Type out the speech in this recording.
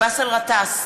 באסל גטאס,